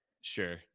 Sure